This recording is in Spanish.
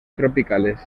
tropicales